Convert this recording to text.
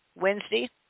Wednesday